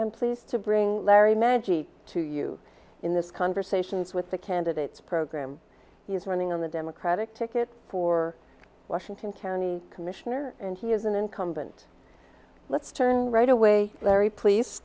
i'm pleased to bring larry maggi to you in this conversations with the candidates program he is running on the democratic ticket for washington county commissioner and he is an incumbent let's turn right away larry please